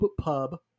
Pub